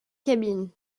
cabine